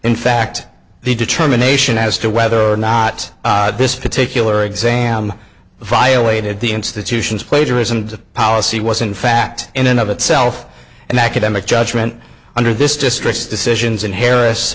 in fact the determination as to whether or not this particular exam violated the institution's plagiarisms of policy was in fact in and of itself an academic judgment under this distress decisions in harris